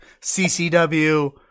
CCW